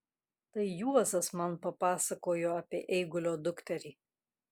tai juozas man papasakojo apie eigulio dukterį